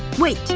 wait.